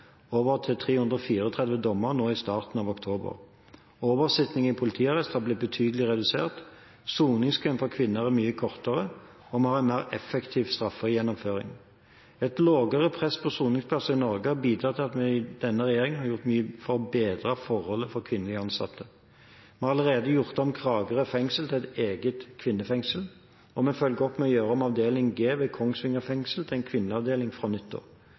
dommer nå i starten av oktober, oversitting i politiarrest har blitt betydelig redusert, soningskøen for kvinner er mye kortere, og vi har en mer effektiv straffegjennomføring. Et lavere press på soningsplasser i Norge har bidratt til at vi i denne regjeringen har gjort mye for å bedre forholdene for kvinnelige innsatte. Vi har allerede gjort om Kragerø fengsel til et eget kvinnefengsel, og vi følger opp med å gjøre om avdeling G ved Kongsvinger fengsel til en kvinneavdeling fra